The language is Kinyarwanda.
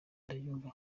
ndayumva